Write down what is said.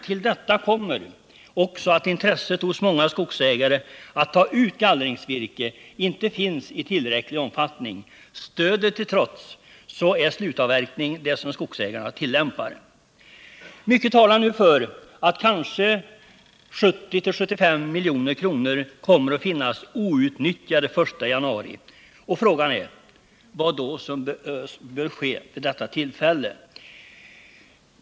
Till detta kommer emellertid också att intresset för att ta ut gallringsvirke hos många skogsägare inte finns i tillräcklig omfattning. Stödet till trots är slutavverkning det som skogsägarna tillämpar. Mycket talar nu för att kanske 70-75 milj.kr. kommer att finnas outnyttjade den 1 januari, och frågan är vad som bör ske vid detta tillfälle.